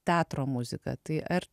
teatro muzika tai ar